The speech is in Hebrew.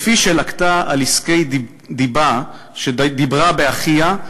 לפי שלקתה על עסקי דיבה שדיברה באחיה,